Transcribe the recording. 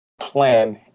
plan